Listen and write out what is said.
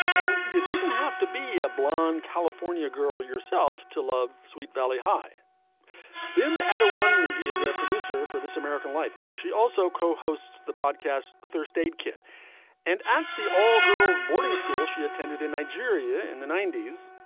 and you didn't have to be a blonde california girl yourself to love sweet valley high beam at a one me as a producer for this american life. she also co-hosts the podcast first aid kit and at the all girls boarding school she attended in nigeria in the ninety s.